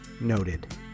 Noted